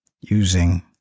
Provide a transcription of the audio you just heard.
...using